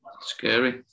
Scary